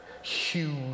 huge